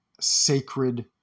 sacred